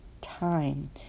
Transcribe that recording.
time